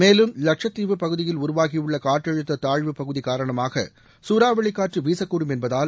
மேலும் லட்சத்தீவு பகுதியில் உருவாகியுள்ள காற்றழுத்த தாழ்வு பகுதி காரணமாக சூறாவளி காற்று வீசக்கூடும் என்பதால்